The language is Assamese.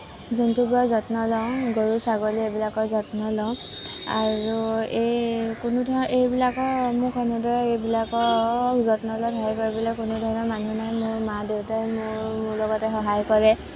জন্তুবোৰৰ যত্ন লওঁ গৰু ছাগলী এইবিলাকৰ যত্ন লওঁ আৰু এই কোনোধৰণৰ এইবিলাকৰ মোক এনেদৰে এইবিলাকৰ যত্ন লোৱাত সহায় কৰিবলৈ কোনোধৰণৰ মানুহ নাই মোৰ মা দেউতাই মোৰ লগতে সহায় কৰে